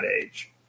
age